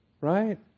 right